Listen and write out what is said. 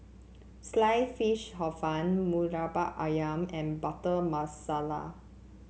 Sliced Fish Hor Fun Murtabak ayam and Butter Masala